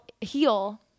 heal